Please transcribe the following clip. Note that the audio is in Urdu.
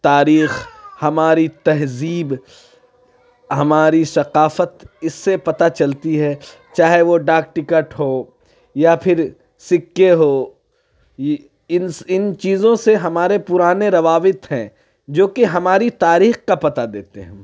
تاریخ ہماری تہذیب ہماری ثقافت اِس سے پتہ چلتی ہے چاہے وہ ڈاک ٹکٹ ہو یا پھر سِکے ہو اِن اِن چیزوں سے ہمارے پُرانے روابط ہیں جو کہ ہماری تاریخ کا پتہ دیتے ہیں